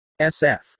SF